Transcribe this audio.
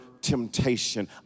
temptation